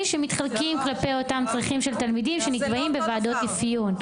שמתחלקים בין אותם צרכים של תלמידים שנקבעים בוועדות אפיון.